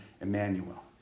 Emmanuel